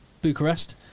Bucharest